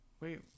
Wait